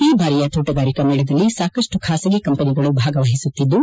ಈ ಬಾರಿಯ ತೋಟಗಾರಿಕಾ ಮೇಳದಲ್ಲಿ ಸಾಕಷ್ಟು ಖಾಸಗಿ ಕಂಪನಿಗಳು ಭಾಗವಹಿಸುತ್ತಿದ್ದು